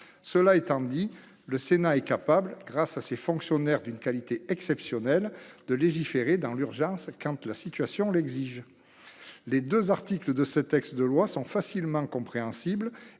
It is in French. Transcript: Cela étant, le Sénat est capable, grâce à ses exceptionnels fonctionnaires, de légiférer dans l'urgence quand la situation l'exige. Les deux articles de ce texte de loi sont facilement compréhensibles